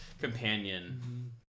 companion